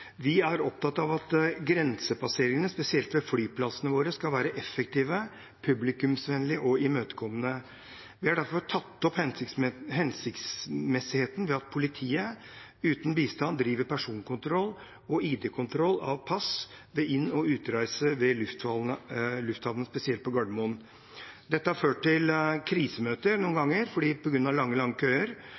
Vi er opptatt av at grensepasseringene – spesielt ved flyplassene våre – skal være effektive, publikumsvennlige og imøtekommende. Vi har derfor tatt opp hensiktsmessigheten ved at politiet, uten bistand, driver med personkontroll og ID-kontroll av pass ved inn- og utreise ved lufthavnene, spesielt på Gardermoen. Dette har noen ganger ført til krisemøter – på grunn av lange køer